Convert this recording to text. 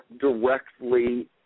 directly